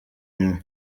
nyuma